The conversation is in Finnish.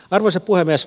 arvoisa puhemies